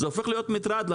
זה הופך להיות מטרד.